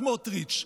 סמוטריץ'?